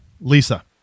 Lisa